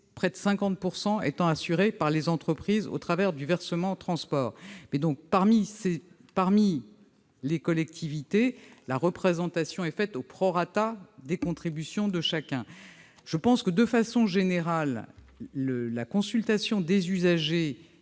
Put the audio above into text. près de 50 % étant assurés par les entreprises au travers du versement transport. Parmi les collectivités, la représentation est faite au prorata des contributions de chacun. De façon générale, la consultation des usagers